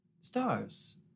Stars